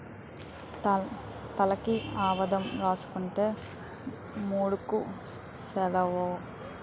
తలకి ఆవదం రాసుకుంతే మాడుకు సలవ